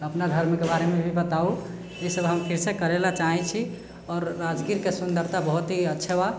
अपना धर्मके बारेमे भी बताबू ई सब हम फिरसँ करै लए चाहै छी आओर राजगीरके सुन्दरता बहुत ही अच्छा बा